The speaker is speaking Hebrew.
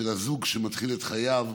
של הזוג שמתחיל את חייו,